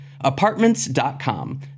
Apartments.com